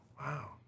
wow